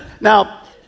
Now